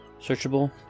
searchable